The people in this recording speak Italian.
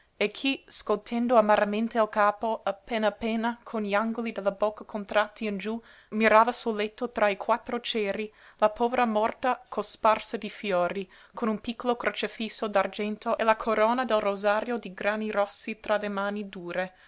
e chi scotendo amaramente il capo appena appena con gli angoli della bocca contratti in giú mirava sul letto tra i quattro ceri la povera morta cosparsa di fiori con un piccolo crocefisso d'argento e la corona del rosario di grani rossi tra le mani dure